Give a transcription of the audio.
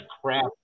crap